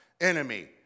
enemy